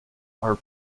are